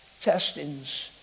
testings